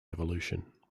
evolution